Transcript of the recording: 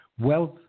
Wealth